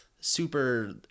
super